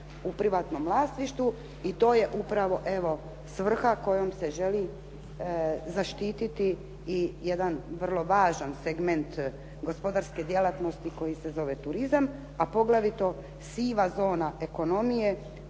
u privatnom vlasništvu i to je upravo evo svrha kojom se želi zaštititi i jedan vrlo važan segment gospodarske djelatnosti koji se zove turizam, a poglavito siva zona ekonomije.